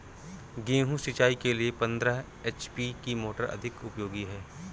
गेहूँ सिंचाई के लिए पंद्रह एच.पी की मोटर अधिक उपयोगी है?